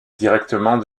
directement